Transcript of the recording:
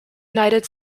united